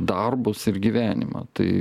darbus ir gyvenimą tai